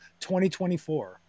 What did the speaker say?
2024